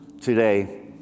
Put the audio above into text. today